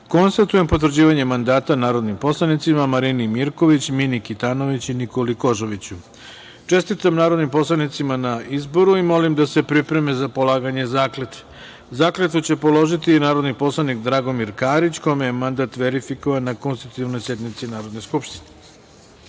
konstatujem potvrđivanje mandata narodnim poslanicima Marini Mirković, Mini Kitanović i Nikoli Kožoviću. Čestitam narodnim poslanicima na izboru i molim da se pripreme za polaganja zakletve. Zakletvu će položiti i narodni poslanik Dragomir Karić, kome je mandat verifikovan na konstitutivnoj sednici Narodne skupštine. Poštovani